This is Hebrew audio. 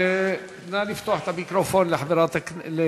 נא לפתוח את המיקרופון לחברת הכנסת.